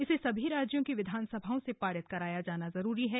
इसे सभी राज्यों की विधानसभाओं से पारित कराया जाना जरूरी है